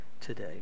today